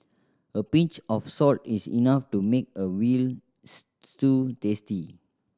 a pinch of salt is enough to make a veal stew tasty